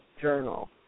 journal